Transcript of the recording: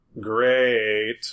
Great